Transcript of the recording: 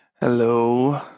Hello